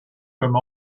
comme